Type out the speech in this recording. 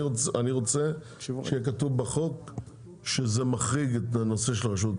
אני רוצה שיהיה כתוב בחוק שזה מחריג את הנושא של רשות התחרות.